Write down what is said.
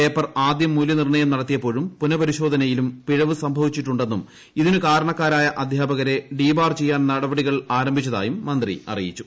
paper ആദ്യം മൂല്യനിർണ്ണയം നടത്തിയപ്പോഴും പുനപരിശോധനയിലും പിഴവ് സംഭവിച്ചിട്ടുണ്ടെന്നും ഇതിനുകാരണകാരായ അധ്യാപകരെ ഡീബാർ ചെയ്യാൻ നടപടികൾ ആരംഭിച്ചതായും മന്ത്രി അറിയിച്ചു